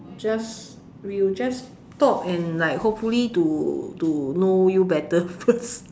just we will just talk and like hopefully to to know you better first